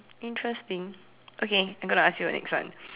interesting okay I'm gonna ask you the next one